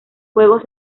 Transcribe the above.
juegos